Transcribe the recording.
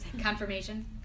Confirmation